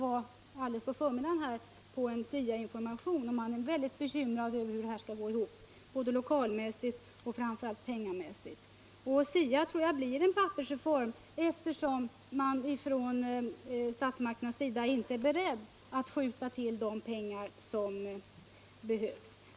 I dag på förmiddagen var jag på en SIA-information, och där var man väldigt bekymrad över hur det här skall gå ihop, både i fråga om lokaler och framför allt när det gäller pengar. SIA tror jag blir en pappersreform, eftersom statsmakterna inte är beredda att skjuta till de pengar som behövs.